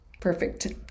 perfect